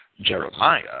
Jeremiah